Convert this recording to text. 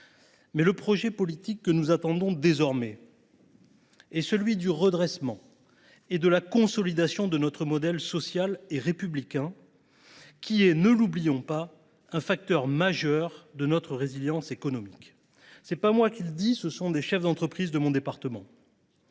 le projet politique que nous attendons désormais est celui du redressement et de la consolidation de notre modèle social et républicain, lequel est, ne l’oublions pas, un facteur majeur de notre résilience économique. Ce n’est pas moi qui le dis, mais des chefs d’entreprise de mon département.